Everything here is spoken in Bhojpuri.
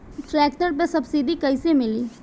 ट्रैक्टर पर सब्सिडी कैसे मिली?